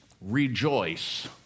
rejoice